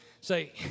say